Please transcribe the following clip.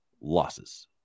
losses